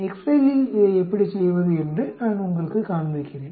Excel இல் இதை எப்படி செய்வது என்று நான் உங்களுக்குக் காண்பிக்கிறேன்